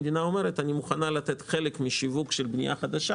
המדינה אומרת: אני מוכנה לתת חלק משיווק של בנייה חדשה